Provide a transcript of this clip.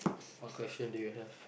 what question do you have